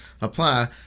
apply